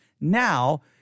now